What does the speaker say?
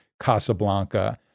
Casablanca